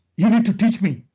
you need to teach me.